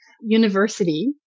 university